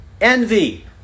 Envy